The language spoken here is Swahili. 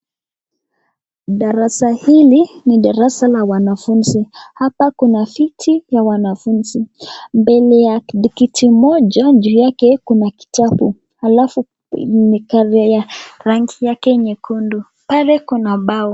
Darasa hili ni darasa la wanafunzi ,hapa kuna viti ya wanafunzi ,mbele ya kiti moja juu yake kuna kitabu alafu ni (cs) cover (cs) ya rangi yake nyekundu ,pale kuna bao.